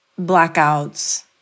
blackouts